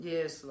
Yes